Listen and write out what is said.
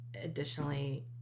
additionally